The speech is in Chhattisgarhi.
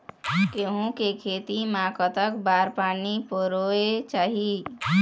गेहूं के खेती मा कतक बार पानी परोए चाही?